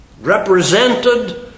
represented